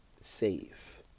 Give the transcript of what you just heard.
safe